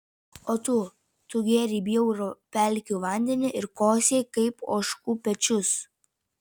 o tu tu gėrei bjaurų pelkių vandenį ir kosėjai kaip ožkų pečius